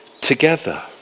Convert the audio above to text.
together